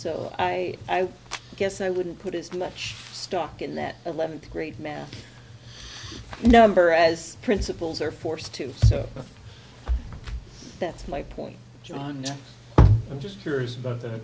so i guess i wouldn't put as much stock in that eleventh grade math number as principals are forced to so that's my point john i'm just curious about the